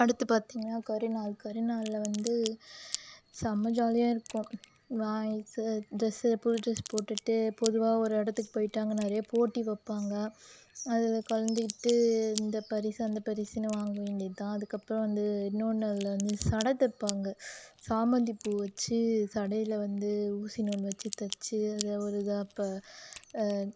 அடுத்து பார்த்தீங்கன்னா கரிநாள் கரிநாளில் வந்து செம ஜாலியாக இருக்கும் வாய்ஸு ட்ரெஸு புது ட்ரெஸ் போட்டுகிட்டு பொதுவாக ஒரு இடத்துக்கு போயிட்டாங்கன்னாலே போட்டி வைப்பாங்க அதில் கலந்துக்கிட்டு இந்த பரிசு அந்த பரிசுனு வாங்க வேண்டியது தான் அதுக்கு அப்புறம் வந்து இன்னொன்று அதில் வந்து ஜடை தைப்பாங்க சாமந்தி பூ வச்சு ஜடையில வந்து ஊசி நூல் வச்சு தச்சு அதை ஒரு இதாக இப்போ